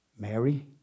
Mary